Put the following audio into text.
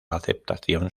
aceptación